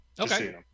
okay